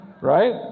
Right